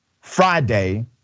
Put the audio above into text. Friday